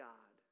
God